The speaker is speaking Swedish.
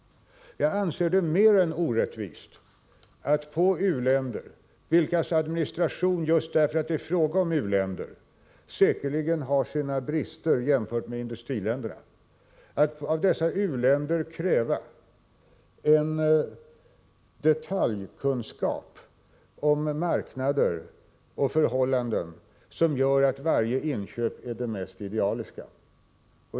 Jag anser det mer än orättvist att av dessa u-länder, vilkas administration — just på grund av att det är fråga om u-länder — säkerligen har sina brister jämfört med industriländerna, kräva en detaljkunskap om marknader och förhållanden som gör att varje inköp blir det mest idealiska.